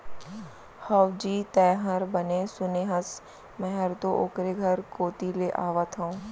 हवजी, तैंहर बने सुने हस, मैं हर तो ओकरे घर कोती ले आवत हँव